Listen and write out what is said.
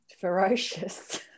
ferocious